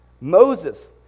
Moses